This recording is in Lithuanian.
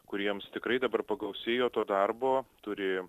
kuriems tikrai dabar pagausėjo to darbo turi